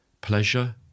pleasure